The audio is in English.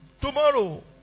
tomorrow